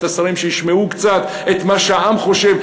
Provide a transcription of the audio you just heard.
השרים שישמעו קצת את מה שהעם חושב,